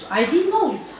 I didn't know